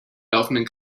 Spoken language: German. laufenden